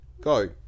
go